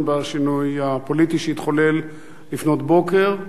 בשינוי הפוליטי שהתחולל לפנות בוקר.